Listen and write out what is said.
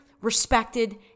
respected